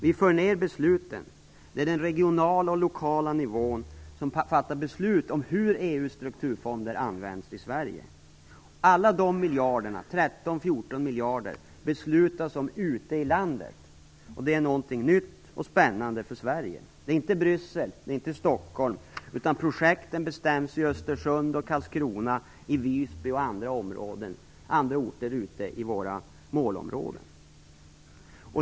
Vi för till den regionala och lokala nivån ned beslut om hur EU:s strukturfonder skall användas i Sverige. För alla de 13-14 miljarder som det gäller skall beslut fattas ute i landet. Det är något nytt och spännande för Sverige. Det skall inte ske i Bryssel eller i Stockholm, utan projekten skall bestämmas i Östersund, i Karlskrona, i Visby och i andra orter ute i våra målområden.